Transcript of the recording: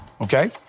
Okay